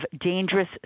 dangerous